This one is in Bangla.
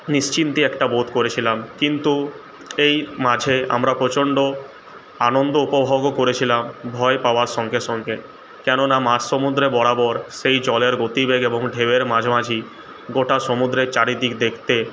নিশ্চিন্তি একটা বোধ করেছিলাম কিন্তু এই মাঝে আমরা প্রচন্ড আনন্দ উপভোগও করেছিলাম ভয় পাওয়ার সঙ্গে সঙ্গে কেননা মাঝ সমুদ্রে বরাবর সেই জলের গতিবেগ এবং ঢেউয়ের মাঝামাঝি গোটা সমুদ্রের চারিদিক দেখতে